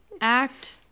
act